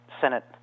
Senate